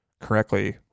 correctly